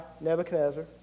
Nebuchadnezzar